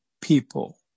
people